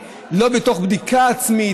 לא בתוך בדיקה עצמית,